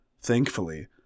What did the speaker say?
thankfully